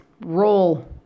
roll